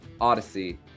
Odyssey